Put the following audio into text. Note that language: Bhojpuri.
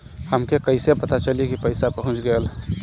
हमके कईसे पता चली कि पैसा पहुच गेल?